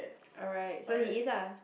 alright so he is ah